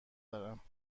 دارم